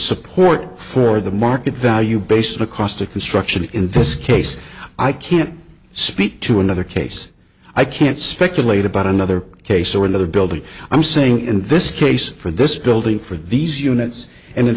support for the market value based the cost of construction in this case i can't speak to another case i can't speculate about another case or another building i'm saying in this case for this building for these units and in